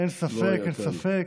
אין ספק, אין ספק.